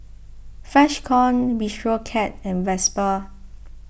Freshkon Bistro Cat and Vespa